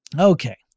Okay